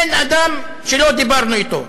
אין אדם שלא דיברנו אתו,